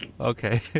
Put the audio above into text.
Okay